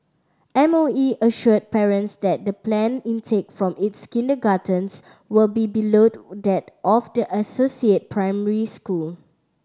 M O E assured parents that the planned intake from its kindergartens will be bellowed that of the associated primary school